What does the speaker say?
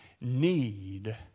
need